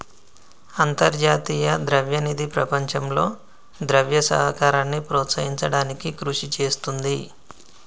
అంతర్జాతీయ ద్రవ్య నిధి ప్రపంచంలో ద్రవ్య సహకారాన్ని ప్రోత్సహించడానికి కృషి చేస్తుంది